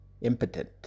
impotent